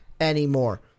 anymore